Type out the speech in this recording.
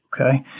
Okay